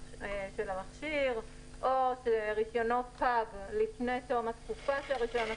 המכשיר או שרישיונו פג לפני תום התקופה של הרישיון,